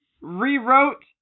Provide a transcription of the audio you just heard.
rewrote